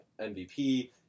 MVP